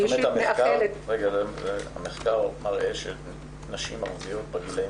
זאת אומרת המחקר מראה שנשים ערביות בגילאים